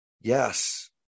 yes